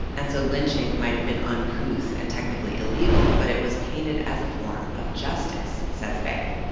and so lynching might have been uncouth and technically illegal, but it was painted as a form of justice, says bay.